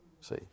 See